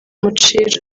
umucira